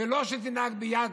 ולא שתנהג ביד